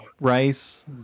rice